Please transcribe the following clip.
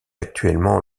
actuellement